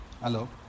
Hello